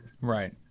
Right